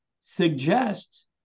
suggests